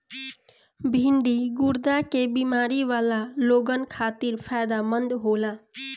भिन्डी गुर्दा के बेमारी वाला लोगन खातिर फायदमंद रहेला